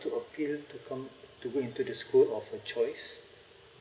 to appeal to come to go into the school of her choice